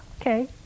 okay